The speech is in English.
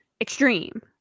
extreme